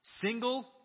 single